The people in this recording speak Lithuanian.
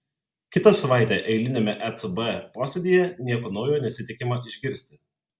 kitą savaitę eiliniame ecb posėdyje nieko naujo nesitikima išgirsti